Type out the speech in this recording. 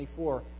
24